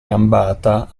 gambata